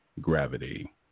Gravity